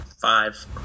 Five